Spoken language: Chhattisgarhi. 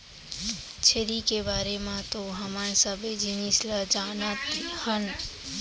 छेरी के बारे म तो हमन सबे जिनिस ल जानत हन